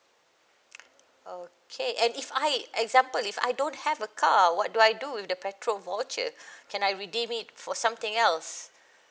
okay and if I example if I don't have a car what do I do with the petrol voucher can I redeem it for something else